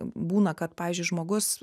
būna kad pavyzdžiui žmogus